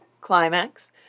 climax